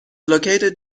located